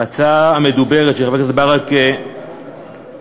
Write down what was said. ההצעה המדוברת של חבר הכנסת ברכה היא